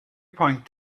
pwynt